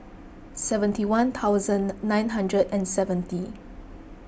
seventy one thousand nine hundred and seventy